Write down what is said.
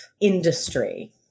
industry